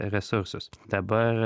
resursus dabar